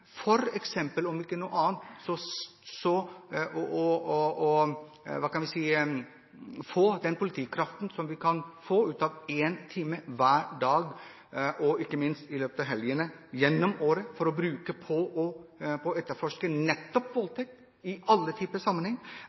time, om ikke annet for å få den politikraften som vi kan få ut av 1 time hver dag, ikke minst i helgene, gjennom året og bruke den på å etterforske nettopp voldtekter i alle typer